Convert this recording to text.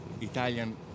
Italian